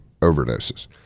overdoses